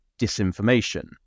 disinformation